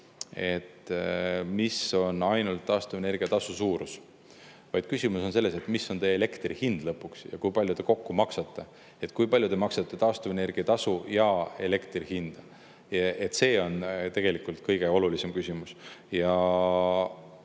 mis on taastuvenergia tasu suurus, vaid küsimus on selles, mis on teie elektri hind lõpuks ja kui palju te kokku maksate, kui palju te maksate taastuvenergia tasu ja elektri hinda. See on tegelikult kõige olulisem küsimus.